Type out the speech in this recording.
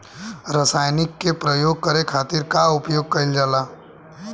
रसायनिक के प्रयोग करे खातिर का उपयोग कईल जाला?